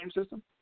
system